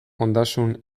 ondasun